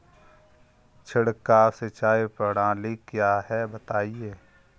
छिड़काव सिंचाई प्रणाली क्या है बताएँ?